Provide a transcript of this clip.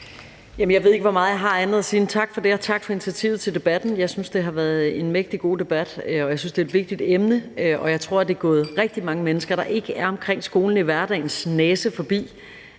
Jeg ved ikke, hvor meget andet jeg har at sige til det end tak, og tak for initiativet til debatten. Jeg synes, det har været en mægtig god debat, og jeg synes, det er et vigtigt emne, og jeg tror, det for rigtig mange mennesker, der ikke er omkring skolen i hverdagen, er